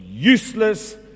Useless